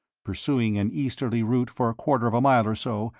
pursuing an easterly route for a quarter of a mile or so,